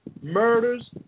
murders